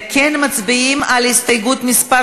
לכן מצביעים על הסתייגות מס'